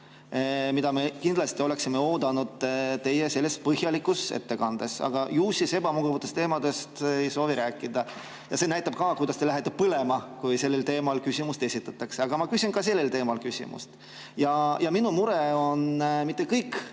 mida me kindlasti oleksime oodanud teie selles põhjalikus ettekandes. Aga ju siis ebamugavatest teemadest ei soovita rääkida. Seda näitab ka see, kuidas te lähete põlema, kui sellel teemal küsimus esitatakse. Aga ma küsin ka sellel teemal küsimuse. Minu mure on mitte kõik